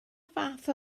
fath